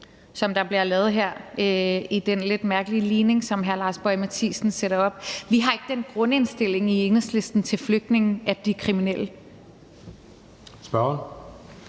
der bliver lavet her i den lidt mærkelige ligning, som hr. Lars Boje Mathiesen sætter op. Vi har i Enhedslisten ikke den grundindstilling til flygtninge, at de er kriminelle.